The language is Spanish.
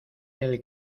del